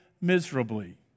miserably